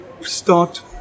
start